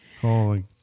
Holy